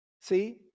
See